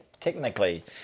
technically